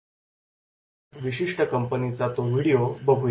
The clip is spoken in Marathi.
तर आपण आपण त्या विशिष्ट कंपनीचा तो व्हिडिओ बघूया